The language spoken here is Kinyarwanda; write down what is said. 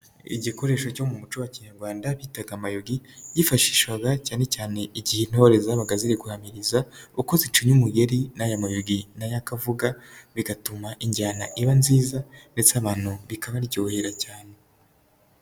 Igikoresho cyo mu muco wa kinyarwanda bitaga amayogi. Yifashishwaga cyane cyane igihe intore zabaga ziri guhamiriza. Uko zicinya umugeri n'aya mayogi nayo akavuga, bigatuma injyana iba nziza ndetse abantu bikabaryohera cyane.